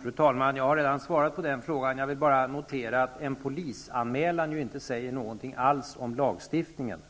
Fru talman! Jag har redan svarat på den frågan. Jag vill bara notera att en polisanmälan inte säger någonting alls om lagstiftningen.